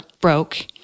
broke